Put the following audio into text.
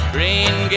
Green